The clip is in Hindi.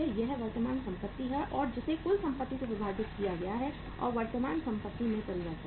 यह वर्तमान संपत्ति है जिसे कुल संपत्ति से विभाजित किया गया है और वर्तमान संपत्ति में परिवर्तन है